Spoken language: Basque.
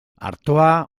artoa